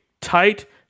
tight